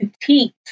petite